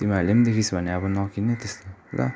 तिमीहरूले पनि देखिस् भन्ने अब नकिन्नु है त्यस्तो ल